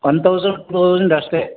one thousand two thousand ಅಷ್ಟೆ